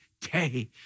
day